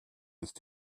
ist